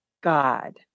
God